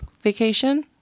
vacation